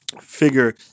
figure